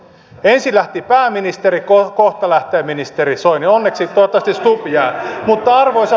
ensin lähti pääministeri kohta lähtee ministeri soini onneksi toivottavasti stubb jää